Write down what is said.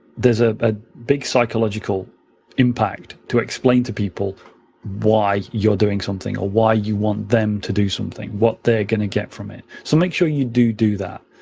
there's a ah big psychological impact to explain to people why you're doing something, or why you want them to do something, what they are going to get from it. so make sure you do do that.